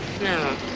No